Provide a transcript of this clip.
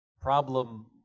Problem